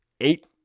eight